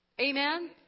Amen